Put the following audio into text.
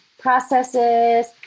processes